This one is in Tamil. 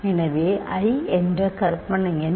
எனவே i என்ற கற்பனை எண்